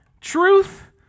truth